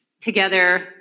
together